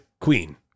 Queen